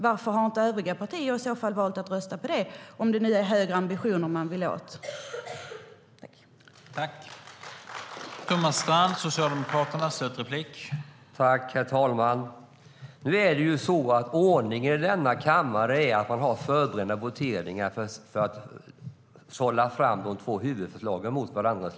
Varför valde inte övriga partier att rösta på vår budget om det nu är högre ambitioner man vill ha?